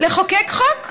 לחוקק חוק?